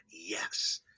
yes